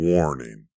Warning